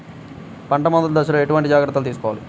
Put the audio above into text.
పంట మెదటి దశలో ఎటువంటి జాగ్రత్తలు తీసుకోవాలి?